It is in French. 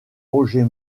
roger